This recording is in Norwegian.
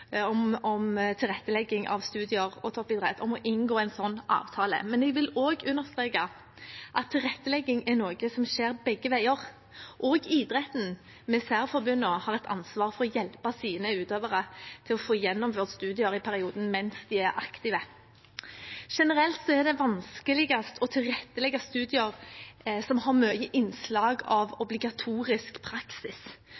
om tilrettelegging av studier og toppidrett, om å inngå en slik avtale. Men jeg vil også understreke at tilrettelegging er noe som skjer begge veier, også idretten, ved særforbundene, har et ansvar for å hjelpe sine utøvere til å få gjennomført studier i perioden de er aktive. Generelt er det vanskeligst å tilrettelegge studier som har mye innslag av